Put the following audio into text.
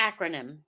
acronym